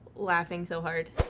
laughing so hard?